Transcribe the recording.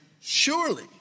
surely